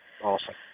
Awesome